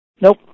Nope